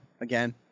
Again